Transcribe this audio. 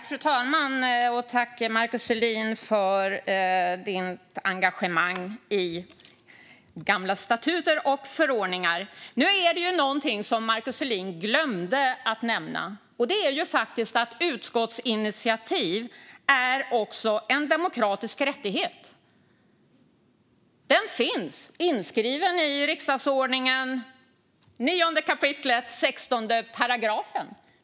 Fru talman! Tack, Markus Selin, för ditt engagemang i gamla statuter och förordningar! Något som Markus Selin glömde att nämna är att utskottsinitiativ faktiskt är en demokratisk rättighet som finns inskriven i riksdagsordningens 9 kap. 16 §.